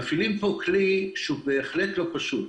מפעילים פה כלי שהוא בהחלט לא פשוט,